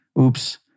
Oops